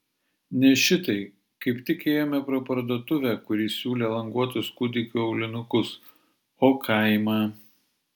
ne šitai kaip tik ėjome pro parduotuvę kuri siūlė languotus kūdikių aulinukus o kaimą